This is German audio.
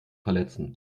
verletzen